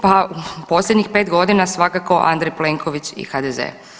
Pa u posljednjih 5 godina svakako Andrej Plenković i HDZ.